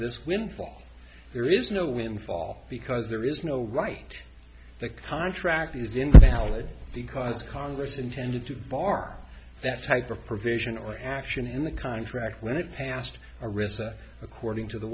this windfall there is no windfall because there is no right the contract is invalid because congress intended to bar that type of provision or action in the contract when it passed a risk according to the